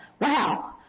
Wow